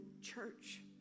church